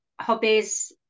hobbies